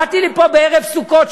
באתי לפה בערב סוכות,